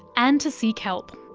and to seek help.